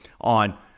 on